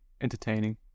entertaining